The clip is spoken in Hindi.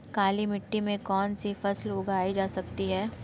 काली मिट्टी में कौनसी फसल उगाई जा सकती है?